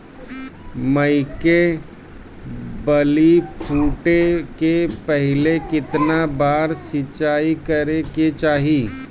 मकई के बाली फूटे से पहिले केतना बार सिंचाई करे के चाही?